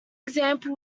example